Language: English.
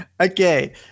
okay